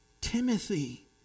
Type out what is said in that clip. Timothy